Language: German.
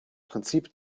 prinzip